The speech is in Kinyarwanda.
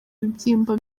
ibibyimba